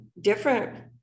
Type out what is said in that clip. different